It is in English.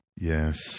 Yes